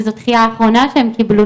וזו דחייה אחרונה שהם קיבלו,